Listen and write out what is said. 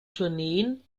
tourneen